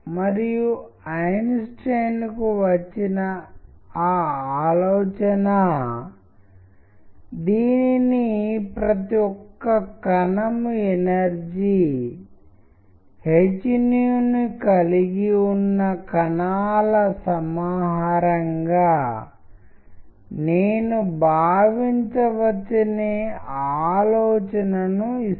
మరియు వారు పండ్లను మరియు పర్వతాలను చూడటం ప్రారంభించినప్పుడు ఒక సందర్భంలో సౌందరయం గురుంచి చెప్తున్నప్పుడు వారు వారి ప్రవర్తనను చూడటం ప్రారంభించారు మీ దృష్టి కేంద్రాలు వేర్వేరు ప్రదేశాలలో విస్తరించి ఉన్నాయని మీరు చూస్తారు